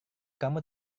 kamu